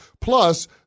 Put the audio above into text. Plus